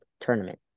Tournament